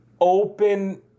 Open